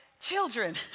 children